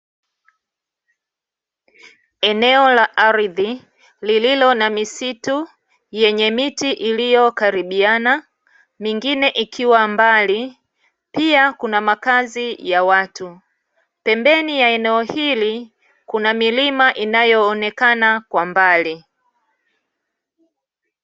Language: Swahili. Eneo la ardhi lililo na misitu yenye miti iliyo karibiana mingine ikiwa mbali; pia kuna makazi ya watu. Pembeni ya eneo hili kuna milima inayoonekana kwa mbali.